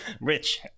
rich